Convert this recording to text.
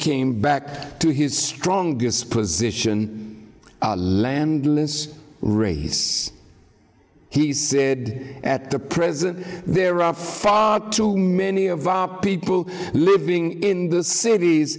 came back to his strongest position landless raise he said at the present there are far too many of our people living in the cities